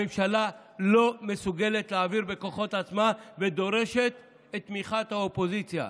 הממשלה לא מסוגלת להעביר בכוחות עצמה ודורשת את תמיכת האופוזיציה.